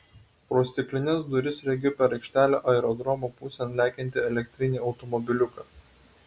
pro stiklines duris regiu per aikštelę aerodromo pusėn lekiantį elektrinį automobiliuką